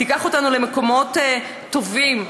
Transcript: תיקח אותנו למקומות טובים.